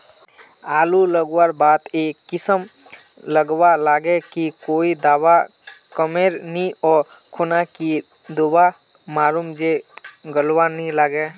आलू लगवार बात ए किसम गलवा लागे की कोई दावा कमेर नि ओ खुना की दावा मारूम जे गलवा ना लागे?